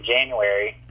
January